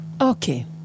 Okay